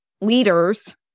leaders